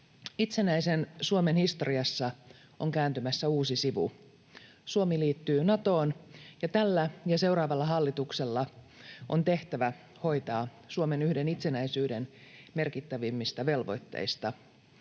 Itsenäisen Suomen historiassa on kääntymässä uusi sivu. Suomi liittyy Natoon, ja tällä ja seuraavalla hallituksella on tehtävä hoitaa yksi Suomen itsenäisyyden merkittävimmistä velvoitteista: